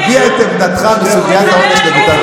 הבע את עמדתך בסוגיית העונש של בית"ר ירושלים.